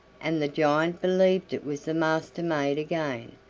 and the giant believed it was the master-maid again,